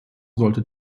sollte